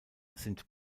sind